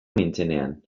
nintzenean